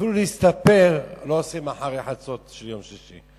אפילו תספורת לא עושים אחרי חצות של יום שישי,